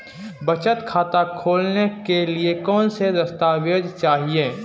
बचत खाता खोलने के लिए कौनसे दस्तावेज़ चाहिए?